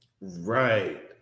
Right